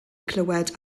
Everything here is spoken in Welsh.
clywed